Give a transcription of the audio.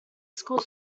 school